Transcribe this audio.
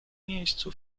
miejscu